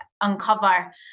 uncover